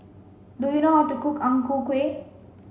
do you know how to cook Ang Ku Kueh